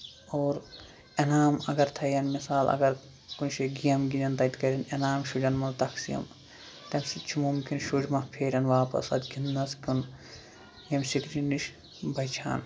اور انعام اَگر تھاوٕ ہن مَثال اَگر کُنہِ جایہِ گیم گِندین تَتہِ کَرین انعام شُرین منٛز تَقسیٖم تَمہِ سۭتۍ چھُ مُمکِن شُرۍ مہ پھیرن واپَس پَتہٕ گِندنَس کُن ییٚمہِ سۭتۍ اَمہِ نِش بَچہٕ ہن